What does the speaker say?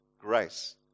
grace